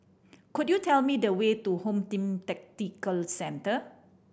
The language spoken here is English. could you tell me the way to Home Team Tactical Centre